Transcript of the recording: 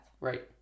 Right